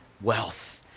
wealth